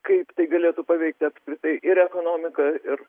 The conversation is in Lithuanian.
kaip tai galėtų paveikti apskritai ir ekonomiką ir